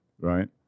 right